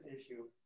issue